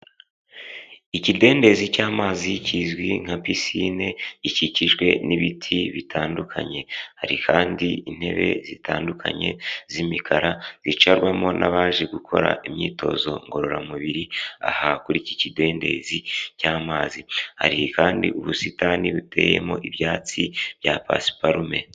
Ikidendezi cy'amazi kizwi nka pisine gikikijwe n'ibiti bitandukanye, hari kandi intebe zitandukanye z'imikara zicarwamo n'abaje gukora imyitozo ngororamubiri aha kuri iki kidendezi cy'amazi, hari kandi ubusitani buteyemo ibyatsi bya pasiparume.